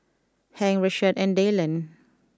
Hank Rashaad and Dyllan